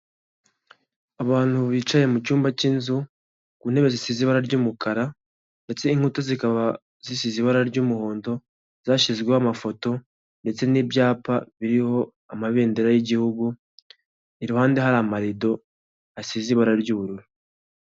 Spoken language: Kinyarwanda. Abantu bicaye mu cyumba cy'inzu ku ntebe zisize ibara ry'umukara ndetse inkuta zikaba zisize ibara ry'umuhondo zashyizweho amafoto ndetse n'ibyapa biriho amabendera y'igihugu, iruhande hari amarido asize ibara ry'ubururu.